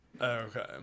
okay